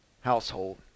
household